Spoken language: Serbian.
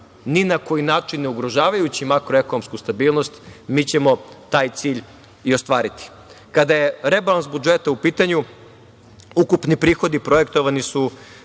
ni na koji način ne ugrožavajući makroekonomsku stabilnost, mi ćemo taj cilj i ostvariti. Kada je rebalans budžeta u pitanju, ukupni prihodi projektovani su